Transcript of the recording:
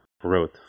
growth